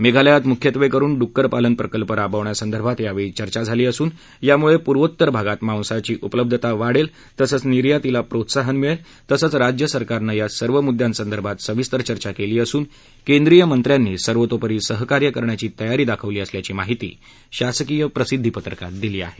मेघालयात मुख्यत्वे करुन डुक्कर पालन प्रकल्प राबवण्यासंदर्भात यावेळी चर्चा झाली असून यामुळे पूर्वोत्तर भागात मांसाची उपलब्धता वाढेल तसंच निर्यातीला प्रोत्साहन मिळेल तसंच राज्य सरकारनं यासर्व मुद्यांसंदर्भात सविस्तर चर्चा केली असून केंद्रीय मंत्र्यांनी सर्वतोपरी सहकार्य करण्याची तयारी दाखवली असल्याची माहिती शासकीय प्रसिद्धी पत्रकात दिली आहे